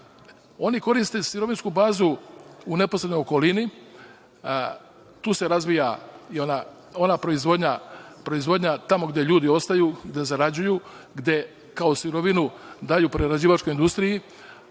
Oni koriste sirovinsku bazu u neposrednoj okolini, tu se razvija i ona proizvodnja, tamo gde ljudi ostaju da zarađuju, gde kao sirovinu daju prerađivačkoj industriji,